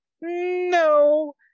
No